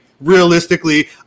realistically